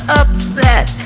upset